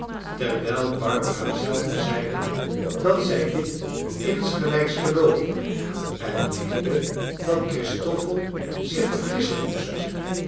terwijl barbara zelve zeide dat zij dit insgelijks geloofde en meende dat christoffel zich vergissen moest